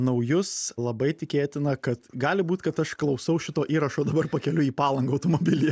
naujus labai tikėtina kad gali būt kad aš klausau šito įrašo dabar pakeliui į palangą automobilyje